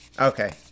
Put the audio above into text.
Okay